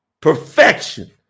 perfection